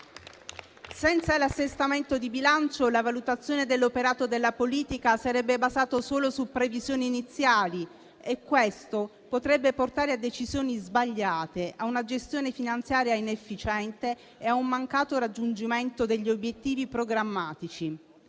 Senza l'assestamento di bilancio, la valutazione dell'operato della politica sarebbe basato solo su previsioni iniziali e questo potrebbe portare a decisioni sbagliate, a una gestione finanziaria inefficiente e a un mancato raggiungimento degli obiettivi programmatici.